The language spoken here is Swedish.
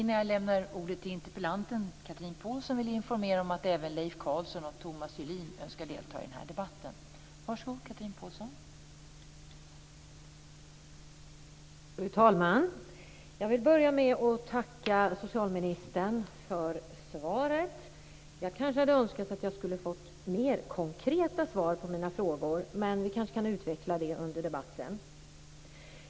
Fru talman! Jag vill börja med att tacka socialministern för svaret. Jag kanske skulle ha önskat få mer konkreta svar på mina frågor, men vi kanske kan utveckla det under debatten.